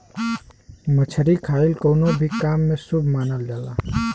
मछरी खाईल कवनो भी काम में शुभ मानल जाला